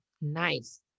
Nice